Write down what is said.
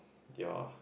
ya